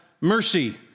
mercy